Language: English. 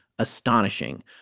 astonishing